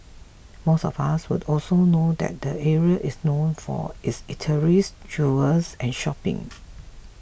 most of us would also know that the area is known for its eateries jewellers and shopping